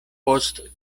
post